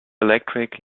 electric